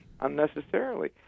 unnecessarily